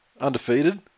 Undefeated